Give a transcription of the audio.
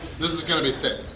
this is going to be thick.